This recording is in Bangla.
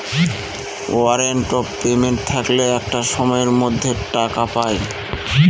ওয়ারেন্ট অফ পেমেন্ট থাকলে একটা সময়ের মধ্যে টাকা পায়